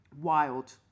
Wild